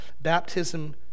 baptism